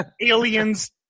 aliens